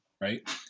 right